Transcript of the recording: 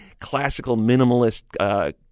classical-minimalist